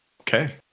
Okay